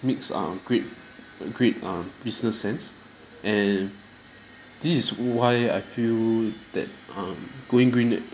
makes uh great great uh business sense and this is why I feel that um going green